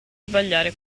sbagliare